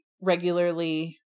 regularly